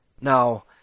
Now